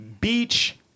beach